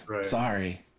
sorry